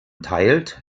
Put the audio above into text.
teilt